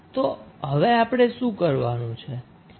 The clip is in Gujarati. તો હવે આપણે શું કરવાનું છે